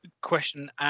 question